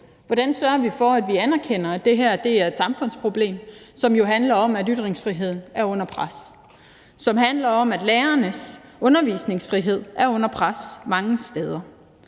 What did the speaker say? hvordan vi sørger for, at vi anerkender, at det her er et samfundsproblem, som jo handler om, at er ytringsfriheden under pres; som handler om, at lærernes undervisningsfrihed er under pres mange steder,